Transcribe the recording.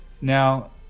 Now